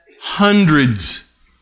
hundreds